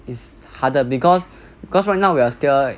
is harder because because right now we're still